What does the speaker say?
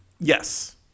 Yes